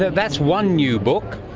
that's one new book,